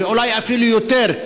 ואולי אפילו יותר,